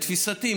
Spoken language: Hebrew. לתפיסתי,